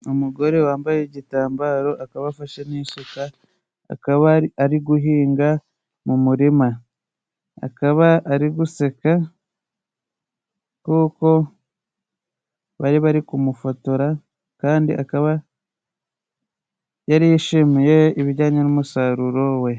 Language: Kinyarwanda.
Umugore wambaye igitambaro akaba afashe n'isuka akaba ari guhinga mu murima, akaba ari guseka kuko bari bari kumufotora kandi akaba yari yishimiye ibijyanye n'umusaruro we.